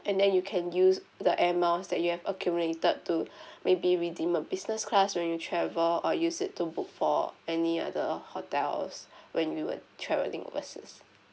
and then you can use the airmiles that you have accumulated to maybe redeem a business class when you travel or use it to book for any other hotels when you are traveling overseas